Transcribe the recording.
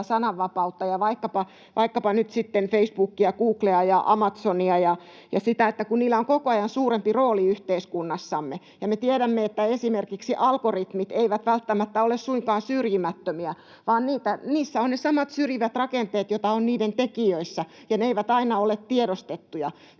sananvapautta ja vaikkapa nyt sitten Facebookia, Googlea ja Amazonia ja sitä, että niillä on koko ajan suurempi rooli yhteiskunnassamme. Me tiedämme, että esimerkiksi algoritmit eivät välttämättä ole suinkaan syrjimättömiä vaan niissä on ne samat syrjivät rakenteet, joita on niiden tekijöissä, ja ne eivät aina ole tiedostettuja,